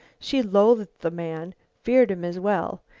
she loathed the man feared him, as well.